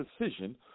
decision